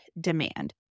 demand